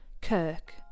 Kirk